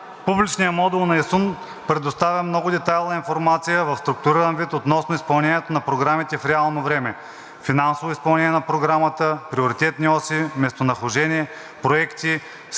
Публичният модул на ИСУН предоставя много детайлна информация в структуриран вид относно изпълнението на програмите в реално време: финансово изпълнение на програмата, приоритетни оси, местонахождение, проекти. Системата